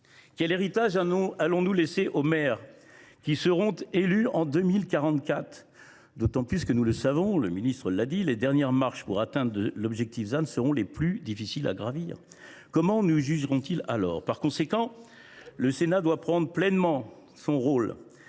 Quel héritage allons nous léguer aux maires qui seront élus en 2044 ? D’autant que – nous le savons, car le ministre l’a dit – les dernières marches pour atteindre l’objectif ZAN seront les plus difficiles à gravir. Comment nous jugeront ils alors ? Par conséquent, le Sénat doit assumer pleinement son rôle